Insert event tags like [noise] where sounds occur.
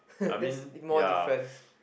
I mean ya [noise]